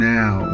now